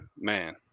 man